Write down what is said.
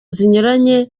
zinyuranye